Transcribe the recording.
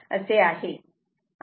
04 असे आहे